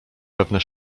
pewne